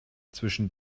zwischen